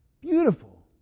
Beautiful